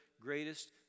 greatest